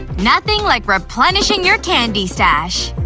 nothing like replenishing your candy stash.